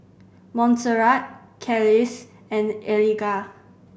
Monserrat Kelis and Eliga